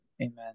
Amen